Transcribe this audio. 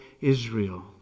Israel